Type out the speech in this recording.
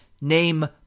name